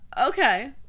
Okay